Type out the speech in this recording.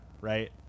right